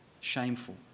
shameful